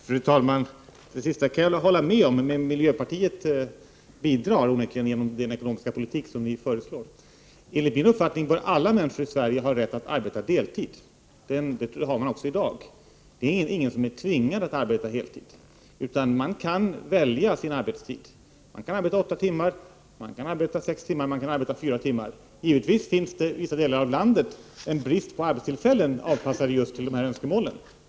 Fru talman! Det senaste uttalandet kan jag hålla med om. Miljöpartiet bidrar onekligen med den ekonomiska politik som ni föreslår. Enligt min uppfattning bör alla människor i Sverige ha rätt att arbeta deltid. Den rätten har man också i dag. Det är ingen som är tvingad att arbeta heltid, utan man kan välja sin arbetstid. Man kan arbeta åtta timmar, sex timmar eller fyra timmar. Givetvis finns det i vissa delar av landet en brist på arbetstillfällen avpassade just till dessa önskemål.